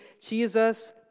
Jesus